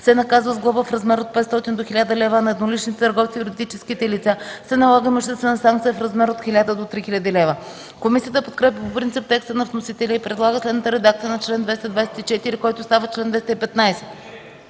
се наказва с глоба в размер от 500 до 1000 лв., а на едноличните търговци и юридическите лица се налага имуществена санкция в размер от 1000 до 3000 лв.” Комисията подкрепя по принцип текста на вносителя и предлага следната редакция на чл. 224, който става чл. 215: